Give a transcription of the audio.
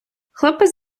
хлопець